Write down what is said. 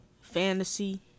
fantasy